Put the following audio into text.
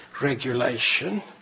regulation